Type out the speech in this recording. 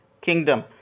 Kingdom